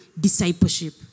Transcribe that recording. discipleship